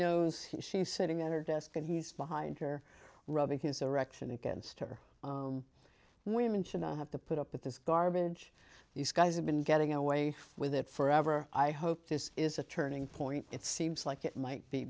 knows she's sitting at her desk and he's behind her rubbing his erection against her women should i have to put up with this garbage these guys have been getting away with it forever i hope this is a turning point it seems like it might be